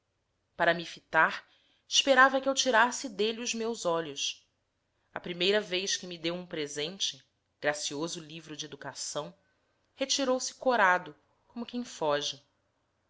para me fitar esperava que eu tirasse dele os meus olhos a primeira vez que me deu um presente gracioso livro de educação retirou-se corado como quem foge